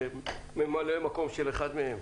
וממלא מקום של אחד מהם.